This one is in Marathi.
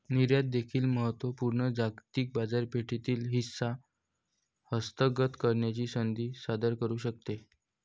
निर्यात देखील महत्त्व पूर्ण जागतिक बाजारपेठेतील हिस्सा हस्तगत करण्याची संधी सादर करू शकते